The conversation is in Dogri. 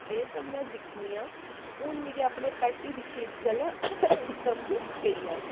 ते एह् सब मैं दिक्खनी आं हून मिगी अपने पैट गी दिक्खियै गल्लां समझ पेइयां न